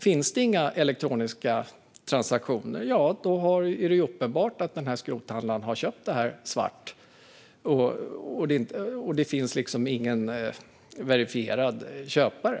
Finns det inga elektroniska transaktioner, ja, då är det uppenbart att den här skrothandlaren har köpt skrotet svart. Det finns liksom ingen verifierad köpare.